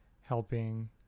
helping